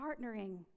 partnering